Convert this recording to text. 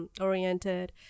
oriented